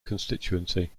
constituency